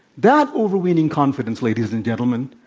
that overweening confidence, ladies and gentlemen,